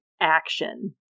action